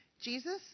Jesus